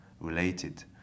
Related